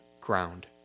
ground